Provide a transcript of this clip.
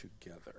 together